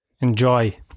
enjoy